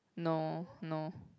no no